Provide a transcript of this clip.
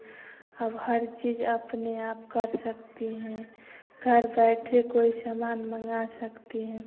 अब हर चीज़ अपने आप कर सकते हैं घर बैठे कोई सामान मँगा सकते हैं